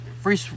free